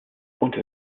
unter